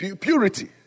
Purity